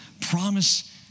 promise